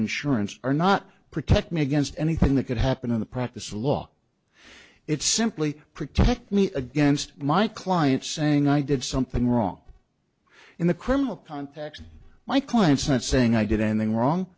insurance are not protect me against anything that could happen in the practice of law it's simply protect me against my clients saying i did something wrong in the criminal context my client sent saying i did anything wrong